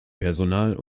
personal